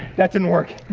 that didn't work.